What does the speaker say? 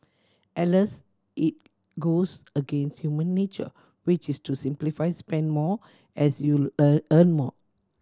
alas it goes against human nature which is to simplify spend more as you earn earn more